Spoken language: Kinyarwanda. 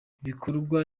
ibikorwa